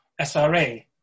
SRA